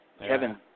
Kevin